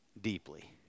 deeply